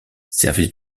service